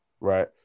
Right